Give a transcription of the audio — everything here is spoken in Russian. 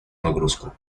нагрузку